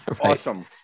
Awesome